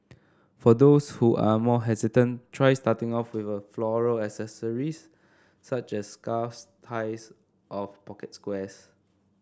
for those who are more hesitant try starting off with floral accessories such as scarves ties of pocket squares